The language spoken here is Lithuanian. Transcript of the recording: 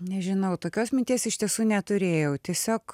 nežinau tokios minties iš tiesų neturėjau tiesiog